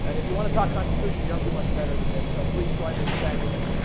if you want to talk constitution, you don't do much better than this. so please join me in thanking this